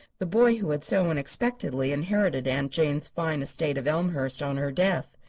the boy who had so unexpectedly inherited aunt jane's fine estate of elmhurst on her death.